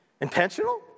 Intentional